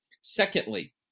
secondly